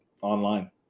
online